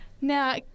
Now